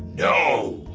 no!